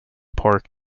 park